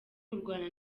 kurwana